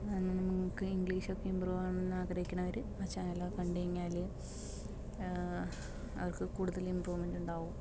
അതില് നമുക്ക് ഇംഗ്ലീഷൊക്കെ ഇമ്പ്രൂവാവണമെന്ന് ആഗ്രഹിക്കുന്നവർ ആ ചാനലൊക്കെ കണ്ട് കഴിഞ്ഞാൽ അവർക്ക് കൂടുതൽ ഇമ്പ്രൂവ്മെന്റ് ഉണ്ടാവും